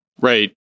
Right